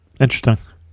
Interesting